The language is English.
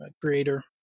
creator